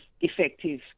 effective